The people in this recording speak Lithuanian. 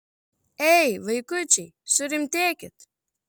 ei vaikučiai surimtėkit